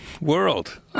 world